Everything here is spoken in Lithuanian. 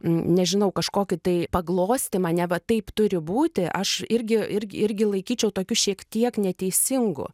nežinau kažkokį tai paglostymą neva taip turi būti aš irgi irgi irgi laikyčiau tokiu šiek tiek neteisingu